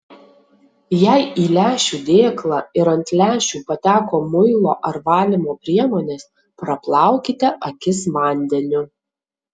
jei į lęšių dėklą ir ant lęšių pateko muilo ar valymo priemonės praplaukite akis vandeniu